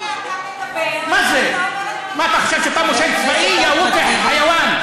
מפריעים לאדם לדבר ואת לא אומרת מילה.